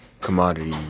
commodity